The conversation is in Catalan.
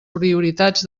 prioritats